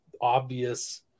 obvious